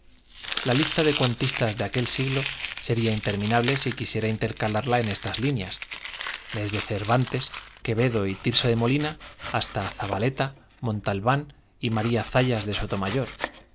la lista de cuentistas de nable si aquel siglo sería interrni quisiera intercalarla en estas líneas desde cervantes quevedo y tirso de malina hasta zabaleta mon talván y maría zayas de sotomayor